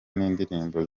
n’indirimbo